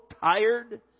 tired